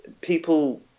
people